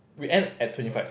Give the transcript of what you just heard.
we end at twenty five